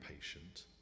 patient